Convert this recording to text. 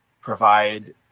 provide